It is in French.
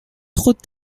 trop